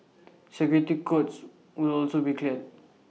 security codes will also be clearer